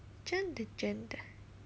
真的真的